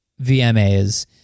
VMAs